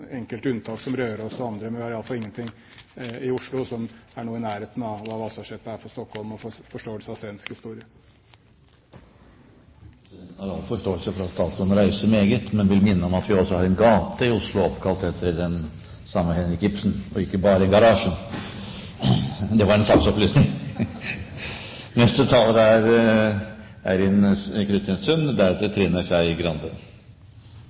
enkelte unntak, som Røros og andre, men vi har i alle fall ingenting i Oslo som er noe i nærheten av hva Vasaskeppet er for Stockholm og for forståelsen av svensk historie. Presidenten har all forståelse for at statsråden reiser meget, men vil minne om at vi også har en gate i Oslo som er oppkalt etter den samme Henrik Ibsen – og ikke bare